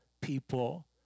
people